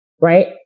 right